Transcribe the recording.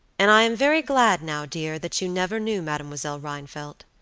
and i am very glad now, dear, that you never knew mademoiselle rheinfeldt.